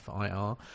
FIR